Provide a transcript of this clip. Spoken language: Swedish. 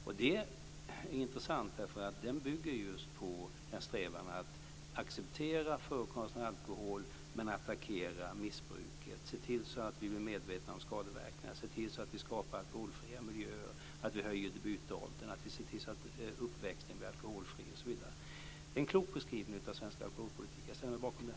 Och det är intressant därför att den bygger just på en strävan att acceptera förekomsten av alkohol men attackera missbruket, se till att vi blir medvetna om skadeverkningarna, se till att vi skapar alkoholfria miljöer, att vi höjer debutåldern, att vi ser till att uppväxten blir alkoholfri, osv. Det är en klok beskrivning av svensk alkoholpolitik. Jag ställer mig bakom den.